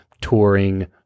touring